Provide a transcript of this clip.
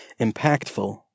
impactful